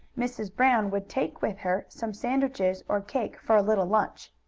mrs. brown would take with her some sandwiches or cake for a little lunch.